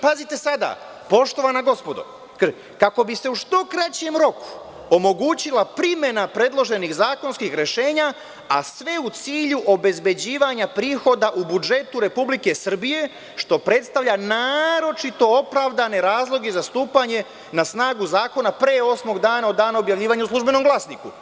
Pazite sada, poštovana gospodo, kako bi se u što kraćem roku omogućila primena predloženih zakonskih rešenja, a sve u cilju obezbeđivanja prihoda u budžetu Republike Srbije, što predstavlja naročito opravdane razloge za stupanje na snagu zakona pre osmog dana od dana objavljivanja u Službenom glasniku.